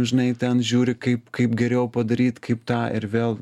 žinai ten žiūri kaip kaip geriau padaryt kaip tą ir vėl